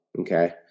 Okay